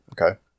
Okay